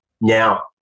now